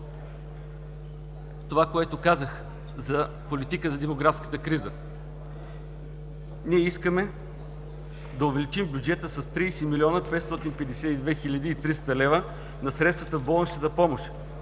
това, което казах – политика за демографската криза. Ние искаме да увеличим бюджета с 30 млн. 552 хил. 300 лв. на средствата в болничната помощ